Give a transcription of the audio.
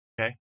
Okay